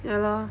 ya lor